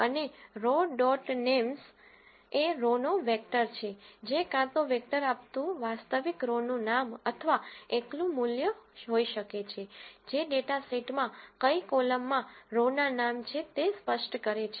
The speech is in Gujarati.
અને રો ડોટ નેમ્સ એ રો નો વેક્ટર છે જે કાં તો વેક્ટર આપતું વાસ્તવિક રો નું નામ અથવા એકલું મૂલ્ય હોઈ શકે છે જે ડેટા સેટમાં કઈ કોલમ માં રો ના નામ છે તે સ્પષ્ટ કરે છે